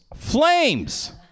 Flames